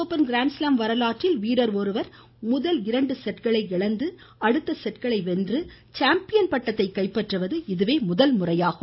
open grand slam வரலாற்றில் வீரர் ஒருவர் முதல் இரண்டு செட்களை இழந்து அடுத்த செட்களை வென்று சாம்பியன் பட்டத்தை கைப்பற்றுவது இதுவே முதன்முறையாகும்